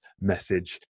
message